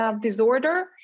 Disorder